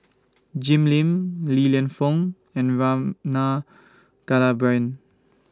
Jim Lim Li Lienfung and Rama Kannabiran